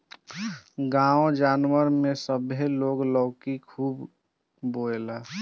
गांव जवार में सभे लोग लौकी खुबे बोएला